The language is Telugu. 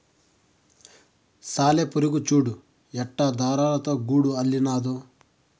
సాలెపురుగు చూడు ఎట్టా దారాలతో గూడు అల్లినాదో